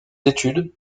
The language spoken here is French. études